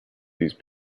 these